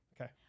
Okay